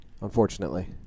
Unfortunately